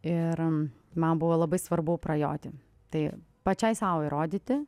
ir man buvo labai svarbu prajoti tai pačiai sau įrodyti